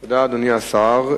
תודה, אדוני השר.